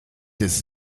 des